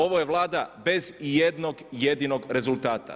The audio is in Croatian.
Ovo je Vlada bez ijednog jedinog rezultata.